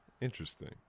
Interesting